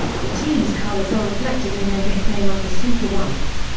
the team's colours are reflected in their nickname of the superwhites.